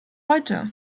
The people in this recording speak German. heute